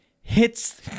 hits